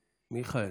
מיכאל,